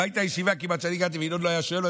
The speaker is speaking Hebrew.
לא הייתה כמעט ישיבה שבה הייתי וינון לא היה שואל,